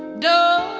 don't